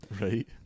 Right